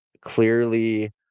clearly